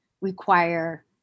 require